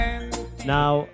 now